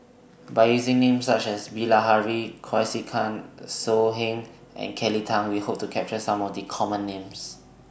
By using Names such as Bilahari Kausikan So Heng and Kelly Tang We Hope to capture Some of The Common Names